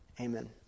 amen